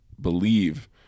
believe